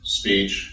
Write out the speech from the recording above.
speech